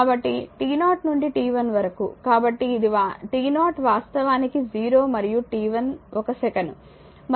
కాబట్టి t0 నుండి t1 వరకు కాబట్టి ఇది t0 వాస్తవానికి 0 మరియు t1 ఒక సెకను